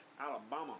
Alabama